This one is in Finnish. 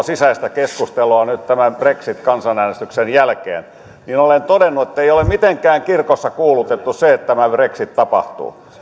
sisäistä brittikeskustelua nyt tämän brexit kansanäänestyksen jälkeen niin olen todennut ettei ole mitenkään kirkossa kuulutettu se että tämä brexit tapahtuu